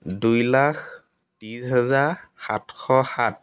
দুই লাখ ত্ৰিছ হেজাৰ সাতশ সাত